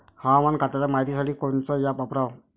हवामान खात्याच्या मायतीसाठी कोनचं ॲप वापराव?